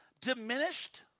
diminished